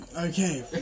Okay